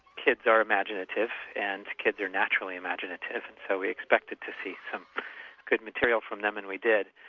kids are imaginative, and kids are naturally imaginative, so we expected to see some good material from them, and we did.